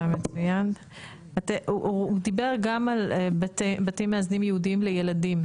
הוא דיבר גם על בתים מאזנים ייעודיים לילדים,